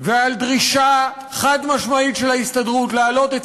ועל דרישה חד-משמעית של ההסתדרות להעלות את